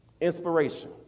Inspiration